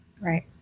Right